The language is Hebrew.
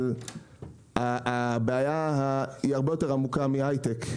אבל הבעיה היא הרבה יותר עמוקה מהייטק,